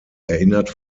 erinnert